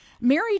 Mary